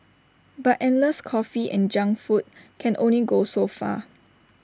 but endless coffee and junk food can only go so far